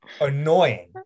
annoying